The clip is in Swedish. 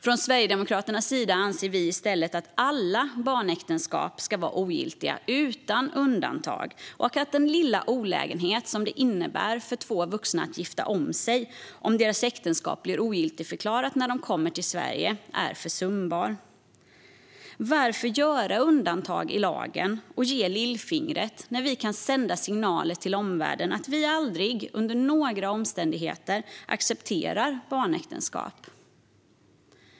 Från Sverigedemokraternas sida anser vi i stället att alla barnäktenskap utan undantag ska vara ogiltiga och att den lilla olägenhet som det innebär för två vuxna att gifta om sig om deras äktenskap blir ogiltigförklarat när de kommer till Sverige är försumbar. Varför göra undantag i lagen och ge lillfingret när vi kan sända signaler till omvärlden att vi aldrig under några omständigheter accepterar barnäktenskap?